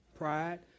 pride